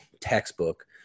textbook